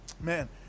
man